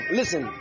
listen